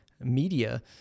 Media